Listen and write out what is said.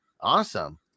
awesome